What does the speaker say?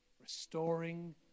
restoring